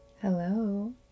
Hello